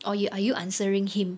or you are you answering him